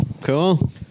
Cool